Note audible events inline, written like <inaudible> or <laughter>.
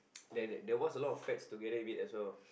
<noise> there there was a lot of fats together with it as well